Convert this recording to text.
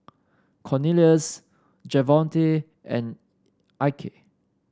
Cornelius Javonte and Ike